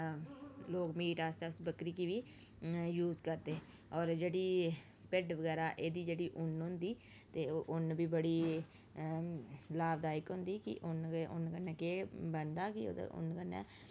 लोक मीट आस्तै उस बक्करी गी बी यूज करदे होर जेह्ड़ी भिड्ड बगैरा एह्दी जेह्ड़ी उन्न होंदी ते ओह् उन्न बी बड़ी लाभदायक होंदी कि उन्न उन्न कन्नै केह् बनदा कि ओह्दे उन्न कन्नै